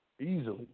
Easily